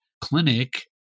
clinic